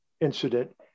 incident